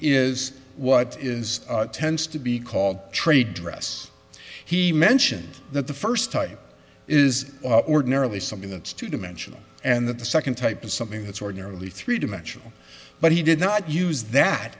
is what is tends to be called trade dress he mentions that the first type is ordinarily something that's two dimensional and that the second type is something that's ordinarily three dimensional but he did not use that